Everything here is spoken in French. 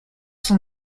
sont